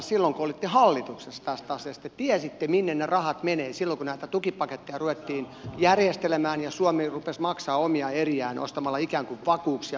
te tiesitte minne ne rahat menevät silloin kun näitä tukipaketteja ruvettiin järjestelemään ja suomi rupesi maksamaan omia eriään ostamalla ikään kuin vakuuksia meille